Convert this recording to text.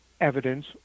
evidence